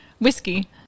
whiskey